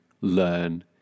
learn